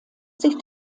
sich